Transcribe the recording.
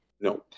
No